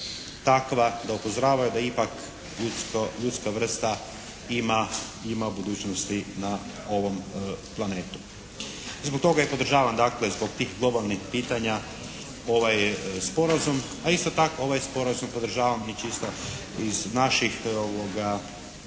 takva da upozoravaju da ipak ljudska vrsta ima budućnosti na ovom planetu. Zbog toga i podržavam, dakle zbog tih globalnih pitanja ovaj sporazum, a isto tako ovaj sporazum podržavam i čisto iz naših razloga